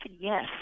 Yes